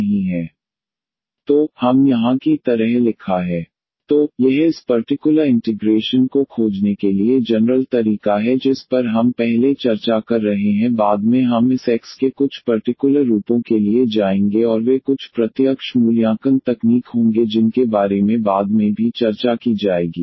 तो हम यहाँ की तरह लिखा है 1D 11D 21X तो यह इस पर्टिकुलर इंटिग्रेशन को खोजने के लिए जनरल तरीका है जिस पर हम पहले चर्चा कर रहे हैं बाद में हम इस x के कुछ पर्टिकुलर रूपों के लिए जाएंगे और वे कुछ प्रत्यक्ष मूल्यांकन तकनीक होंगे जिनके बारे में बाद में भी चर्चा की जाएगी